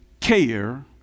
care